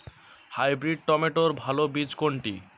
Hybrid টমেটোর ভালো বীজ কোনটি?